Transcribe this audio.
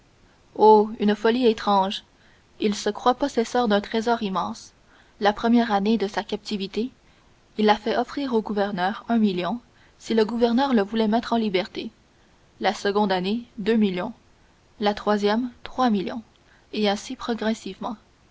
une folie étrange il se croit possesseur d'un trésor immense la première année de sa captivité il a fait offrir au gouvernement un million si le gouvernement le voulait mettre en liberté la seconde année deux millions la troisième trois millions et ainsi progressivement